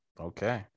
Okay